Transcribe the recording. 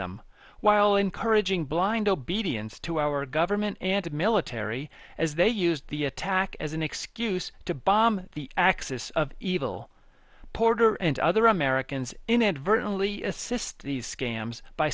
them while encouraging blind obedience to our government and military as they use the attack as an excuse to bomb the axis of evil porter and other americans inadvertently assist these scams by